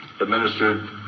administered